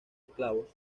esclavos